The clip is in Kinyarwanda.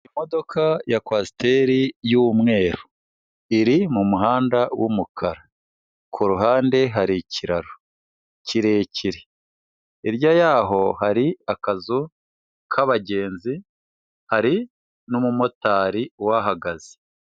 Imodoka ya Kwasiteri y'umweru. Iri mu muhanda w'umukara ku ruhande hari ikiraro kirekire. Hirya yaho hari akazu k'abagenzi, hari n'umumotari uhahagaze.